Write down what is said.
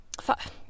Five